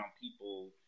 people